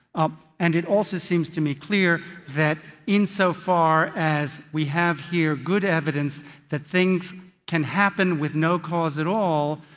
um and it also seems to me clear that insofar as we have here good evidence that things can happen with no cause at all,